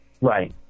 right